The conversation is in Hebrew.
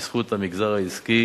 בזכות המגזר העסקי